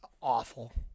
awful